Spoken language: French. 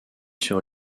sur